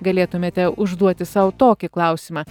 galėtumėte užduoti sau tokį klausimą